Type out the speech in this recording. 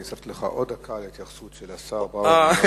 אני הוספתי לך עוד דקה בגלל ההתייחסות של השר ברוורמן.